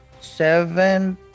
seven